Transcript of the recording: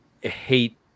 hate